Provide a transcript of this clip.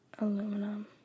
Aluminum